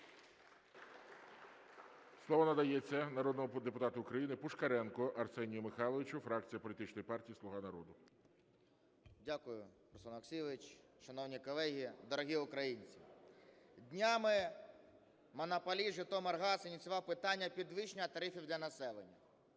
Слово надається народному депутату України Пушкаренку Арсенію Михайловичу, фракція Політичної партії "Слуга народу". 10:19:19 ПУШКАРЕНКО А.М. Дякую, Руслан Олексійович. Шановні колеги, дорогі українці! Днями монополіст Житомиргаз ініціював питання підвищення тарифів для населення.